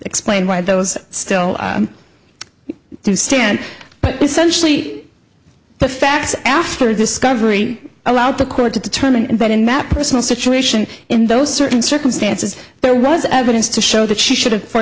explain why those still to stand but essentially the facts after discovery allowed the court to determine that in mat personal situation in those certain circumstances there was evidence to show that she should have for